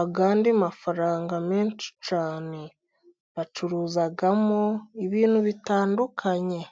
ayandi mafaranga menshi cyane, bacuruzamo ibintu bitandukanye.